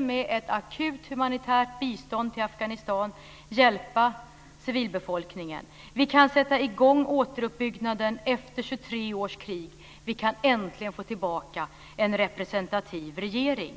med ett akut humanitärt bistånd till Afghanistan hjälpa civilbefolkningen. Vi kan sätta i gång återuppbyggnaden efter 23 års krig, och vi kan äntligen få tillbaka en representativ regering.